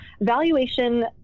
valuation